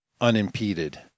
unimpeded